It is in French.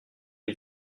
est